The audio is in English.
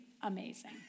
amazing